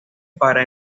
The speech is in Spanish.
para